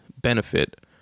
benefit